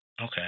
Okay